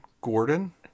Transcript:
Gordon